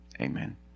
Amen